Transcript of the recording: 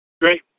Great